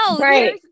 right